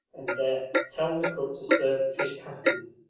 and there tell the cook to serve the fish pasties.